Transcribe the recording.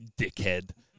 dickhead